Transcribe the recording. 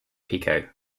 pico